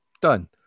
Done